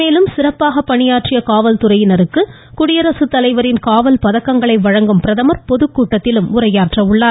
மேலும் சிறப்பாக பணியாற்றிய காவல் துறையினருக்கு குடியரசுத்தலைவரின் காவல் பதக்கங்களை வழங்கும் பிரதமர் பொதுக்கூட்டத்திலும் உரையாற்றுகிறார்